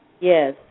Yes